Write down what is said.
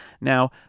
Now